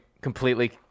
completely